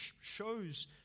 shows